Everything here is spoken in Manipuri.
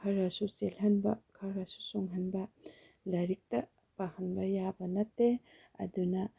ꯈꯔꯁꯨ ꯆꯦꯜꯍꯟꯕ ꯈꯔꯁꯨ ꯆꯣꯡꯍꯟꯕ ꯂꯥꯏꯔꯤꯛꯇ ꯄꯥꯍꯟꯕ ꯌꯥꯕ ꯅꯠꯇꯦ ꯑꯗꯨꯅ